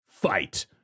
fight